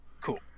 Cool